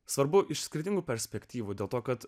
svarbu iš skirtingų perspektyvų dėl to kad